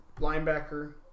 linebacker